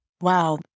Wow